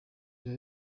biba